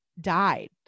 died